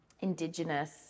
Indigenous